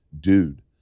dude